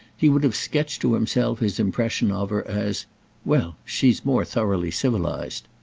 he would have sketched to himself his impression of her as well, she's more thoroughly civilized!